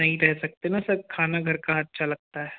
नहीं रहे सकते न सर खाना घर का अच्छा लगता है